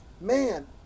man